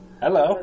Hello